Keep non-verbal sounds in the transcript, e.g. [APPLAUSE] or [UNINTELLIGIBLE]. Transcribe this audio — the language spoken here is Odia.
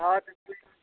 ହଁ [UNINTELLIGIBLE]